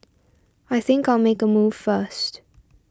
I think I'll make a move first